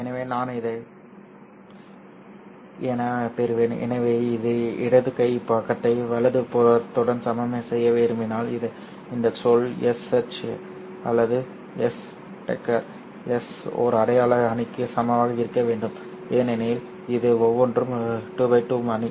எனவே நான் இதை E' ¿¿ 0¿¿T ¿ E' i HSHSE' i as as எனப் பெறுவேன் எனவே இடது கை பக்கத்தை வலது புறத்துடன் சமன் செய்ய விரும்பினால் இந்த சொல் SH எஸ் அல்லது எஸ் டேக்கர் எஸ் ஒரு அடையாள அணிக்கு சமமாக இருக்க வேண்டும் ஏனெனில் இது ஒவ்வொன்றும் 2 x 2 அணி